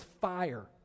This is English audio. fire